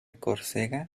córcega